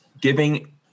giving